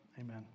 amen